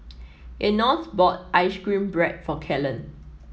Enos bought ice cream bread for Kellan